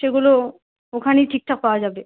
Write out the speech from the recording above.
সেগুলো ওখানেই ঠিকঠাক পাওয়া যাবে